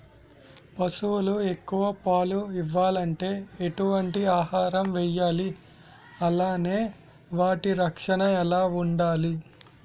పశువులు ఎక్కువ పాలు ఇవ్వాలంటే ఎటు వంటి ఆహారం వేయాలి అలానే వాటి రక్షణ ఎలా వుండాలి?